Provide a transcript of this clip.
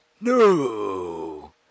No